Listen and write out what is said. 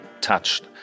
touched